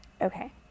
Okay